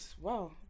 Wow